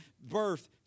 birth